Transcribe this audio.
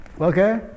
Okay